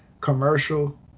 commercial